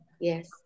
yes